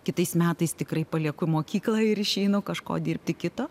kitais metais tikrai palieku mokyklą ir išeinu kažko dirbti kito